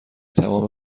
تمام